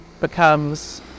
becomes